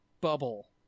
bubble